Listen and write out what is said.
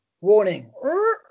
warning